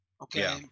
okay